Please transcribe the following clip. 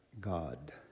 God